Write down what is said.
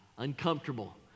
Uncomfortable